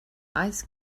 ice